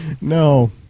No